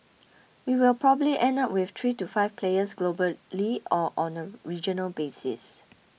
we will probably end up with three to five players globally or on a regional basis